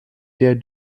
der